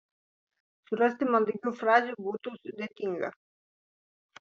surasti mandagių frazių būtų sudėtinga